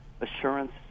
assurance